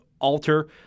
alter